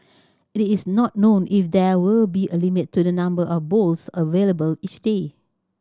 it is not known if there will be a limit to the number of bowls available each day